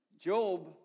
Job